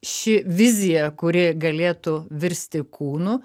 ši vizija kuri galėtų virsti kūnu